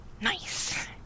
Nice